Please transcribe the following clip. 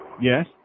Yes